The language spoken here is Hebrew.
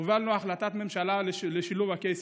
הובלנו החלטת ממשלה לשילוב הקייסים,